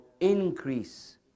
increase